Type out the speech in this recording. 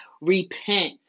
Repent